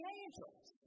angels